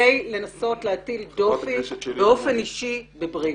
לנסות להטיל דופי באופן אישי בבריק.